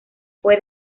fue